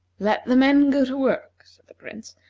let the men go to work, said the prince.